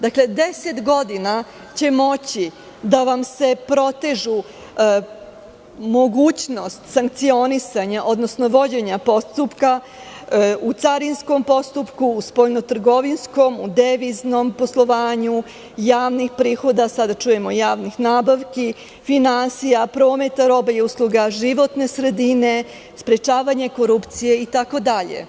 Dakle, deset godina će moći da vam se protežu mogućnost, sankcionisanje, odnosno vođenja postupka u carinskom postupku, u spoljnotrgovinskom, u deviznom poslovanju javnih prihoda, sada čujemo javnih nabavki, finansija, prometa robe i usluga, životne sredine, sprečavanja korupcije, itd.